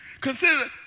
Consider